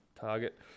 target